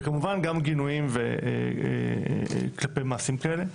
וכמובן גם גינויים כלפי מעשים כאלה.